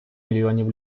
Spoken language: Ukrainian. мільйонів